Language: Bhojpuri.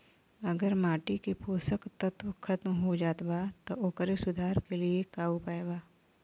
अगर माटी के पोषक तत्व खत्म हो जात बा त ओकरे सुधार के लिए का उपाय बा?